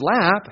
lap